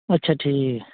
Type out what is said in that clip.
ਅੱਛਾ ਅੱਛਾ ਜੀ